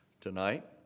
tonight